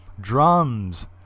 Drums